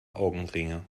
augenringe